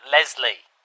Leslie